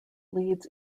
leads